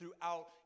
throughout